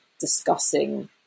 discussing